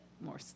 more